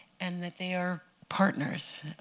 and that they are partners.